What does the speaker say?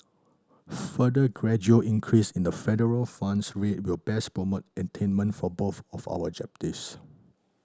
further gradual increase in the federal funds rate will best promote attainment for both of our objectives